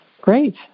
great